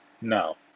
No